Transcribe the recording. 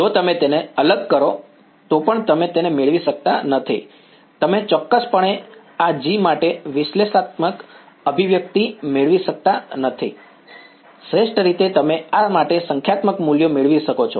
જો તમે તેને અલગ કરો તો પણ તમે એક મેળવી શકતા નથી તમે ચોક્કસપણે આ G માટે વિશ્લેષણાત્મક અભિવ્યક્તિ મેળવી શકતા નથી શ્રેષ્ઠ રીતે તમે આ માટે સંખ્યાત્મક મૂલ્યો મેળવી શકો છો